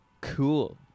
Cool